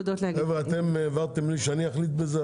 אתם העברתם לי שאני אחליט בזה,